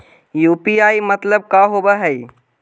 UPI मतलब का होब हइ?